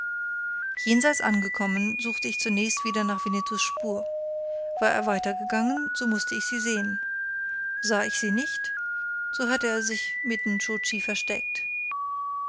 jenseits angekommen suchte ich zunächst wieder nach winnetous spur war er weiter gegangen so mußte ich sie sehen sah ich sie nicht so hatte er sich mit nscho tschi versteckt